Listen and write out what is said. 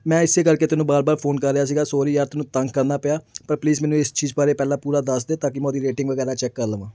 ਮੈਂ ਇਸੇ ਕਰਕੇ ਤੈਨੂੰ ਵਾਰ ਵਾਰ ਫੋਨ ਕਰ ਰਿਹਾ ਸੀਗਾ ਸੋਰੀ ਯਾਰ ਤੈਨੂੰ ਤੰਗ ਕਰਨਾ ਪਿਆ ਪਰ ਪਲੀਜ਼ ਮੈਨੂੰ ਇਸ ਚੀਜ਼ ਬਾਰੇ ਪਹਿਲਾਂ ਪੂਰਾ ਦੱਸਦੇ ਤਾਂ ਕਿ ਮੈਂ ਉਹਦੀ ਰੇਟਿੰਗ ਵਗੈਰਾ ਚੈੱਕ ਕਰ ਲਵਾਂ